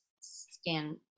scan